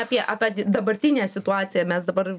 apie apie dabartinę situaciją mes dabar